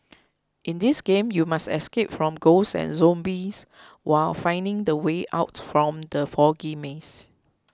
in this game you must escape from ghosts and zombies while finding the way out from the foggy maze